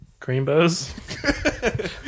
Creambows